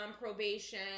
probation